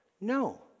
No